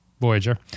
Voyager